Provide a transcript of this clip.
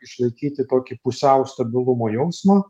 išlaikyti tokį pusiau stabilumo jausmą